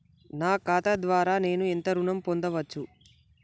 నా ఖాతా ద్వారా నేను ఎంత ఋణం పొందచ్చు?